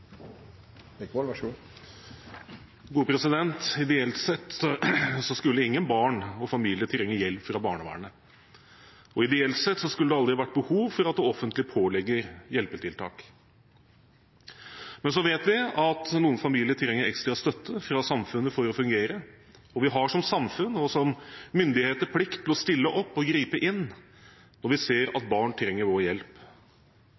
Ideelt sett skulle ingen barn og familier trenge hjelp fra barnevernet, og ideelt sett skulle det aldri vært behov for at det offentlige pålegger hjelpetiltak. Men så vet vi at noen familier trenger ekstra støtte fra samfunnet for å fungere, og vi har som samfunn og som myndigheter plikt til å stille opp og gripe inn når vi ser at barn trenger vår hjelp.